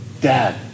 Dad